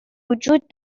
وجود